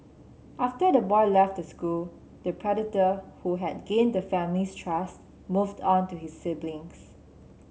after the boy left the school the predator who had gained the family's trust moved on to his siblings